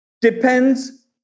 depends